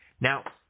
Now